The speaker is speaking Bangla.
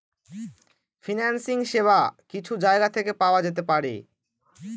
ফিন্যান্সিং সেবা কিছু জায়গা থেকে পাওয়া যেতে পারে